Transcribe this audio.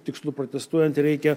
tikslu protestuojant reikia